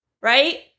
Right